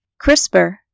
CRISPR